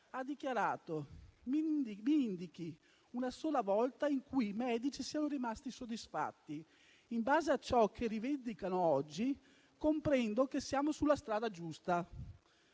ha dichiarato: «Mi indichi una sola volta in cui i medici siano rimasti soddisfatti. In base a ciò che rivendicano oggi, comprendo che siamo sulla strada giusta».